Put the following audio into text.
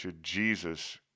Jesus